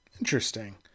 Interesting